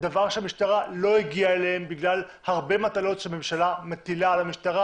דבר שהמשטרה לא הגיעה אליהם בגלל הרבה מטלות שהממשלה מפילה על הממשלה,